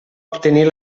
obtenir